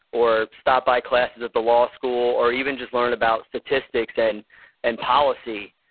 or stop by classes at the law school, or even just learn about statistics and and policy,